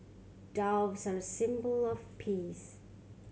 doves are a symbol of peace